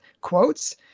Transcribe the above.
quotes